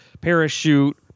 parachute